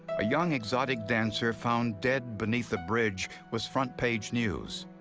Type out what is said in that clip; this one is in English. a young exotic dancer found dead beneath the bridge was front-page news.